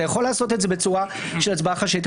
אתה יכול לעשות את זה בצורה של הצבעה חשאית,